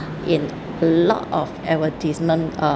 in a lot of advertisement uh